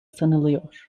sanılıyor